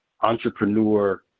entrepreneur